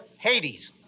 Hades